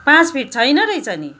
पाँच फिट छैन रहेछ नि